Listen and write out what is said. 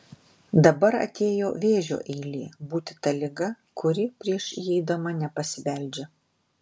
dabar atėjo vėžio eilė būti ta liga kuri prieš įeidama nepasibeldžia